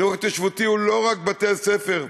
החינוך ההתיישבותי הוא לא רק בתי-הספר האזוריים.